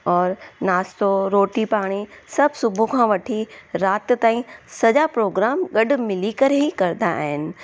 और नास्तो रोटी पाणी सभु सुबुह खां वठी राति ताईं सॼा प्रोग्राम गॾु मिली करे ई कंदा आहिनि